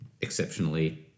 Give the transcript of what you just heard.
exceptionally